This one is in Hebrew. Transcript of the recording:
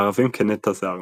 הערבים כנטע זר